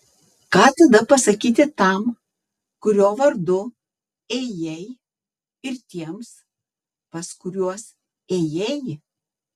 ką tada pasakyti tam kurio vardu ėjai ir tiems pas kuriuos ėjai